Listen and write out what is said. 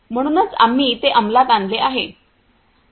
म्हणूनच आम्ही ते अंमलात आणले आहे